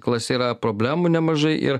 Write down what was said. klase yra problemų nemažai ir